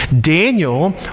Daniel